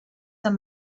amb